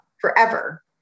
forever